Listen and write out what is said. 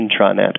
intranet